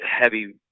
heavy